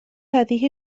هذه